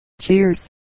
Cheers